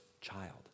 child